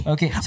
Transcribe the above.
Okay